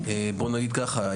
בואו נגיד ככה,